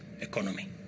economy